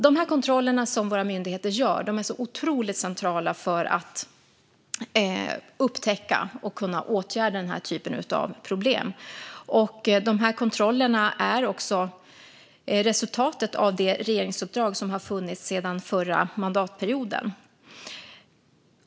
De kontroller som våra myndigheter gör är alltså otroligt centrala för att upptäcka och kunna åtgärda denna typ av problem. Dessa kontroller är resultatet av det regeringsuppdrag som har funnits sedan förra mandatperioden.